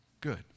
good